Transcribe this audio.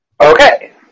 Okay